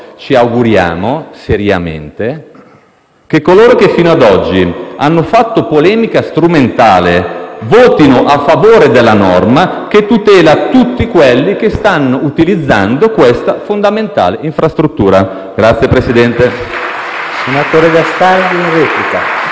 ci auguriamo davvero che coloro che fino ad oggi hanno fatto polemica strumentale votino a favore della norma che tutela tutti quelli che stanno utilizzando questa fondamentale infrastruttura. *(Applausi